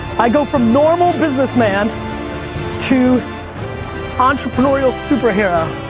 i go from normal business man to entrepreneurial super hero.